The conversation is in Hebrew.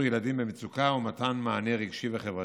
ילדים במצוקה ובמתן מענה רגשי וחברתי.